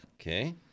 Okay